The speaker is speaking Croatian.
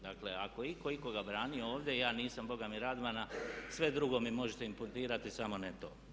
Dakle, ako je itko ikoga branio ovdje ja nisam boga mi Radmana, sve drugo mi možete inputirati samo ne to.